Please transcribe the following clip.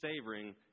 savoring